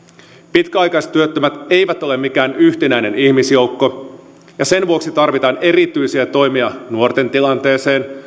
pitkäaikaistyöttömät eivät ole mikään yhtenäinen ihmisjoukko ja sen vuoksi tarvitaan erityisiä toimia nuorten tilanteeseen